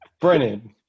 Brennan